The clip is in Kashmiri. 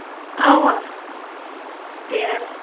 اَوا ژیرٕ